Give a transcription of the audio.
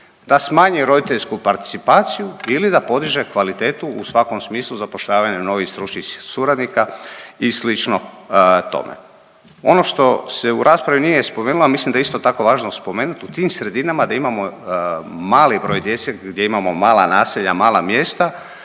da smanji roditeljsku participaciju ili da podiže kvalitetu u svakom smislu zapošljavanja novih stručnih suradnika i slično tome. Ono što se u raspravi nije spomenulo, a mislim da je isto tako važno spomenuti u tim sredinama da imamo mali broj djece gdje imamo mala naselja, mala mjesta,